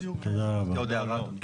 תודה רבה.